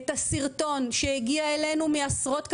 את הסרטון שהגיע אלינו מעשרות כתבים,